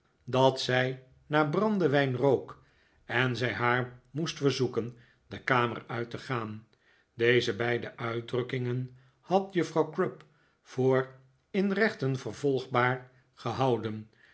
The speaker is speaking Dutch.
dat zij naar brandewijn rook en zij haar moest verzoeken de kamer uit te gaan deze beide uitdrukkingen had juffrouw crupp voor in rechten vervolgbaar gehouden